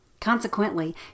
Consequently